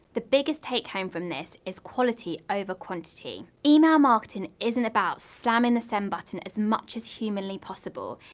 the biggest take home from this is quality over quantity. email marketing isn't about slamming the send button as much as humanly possible,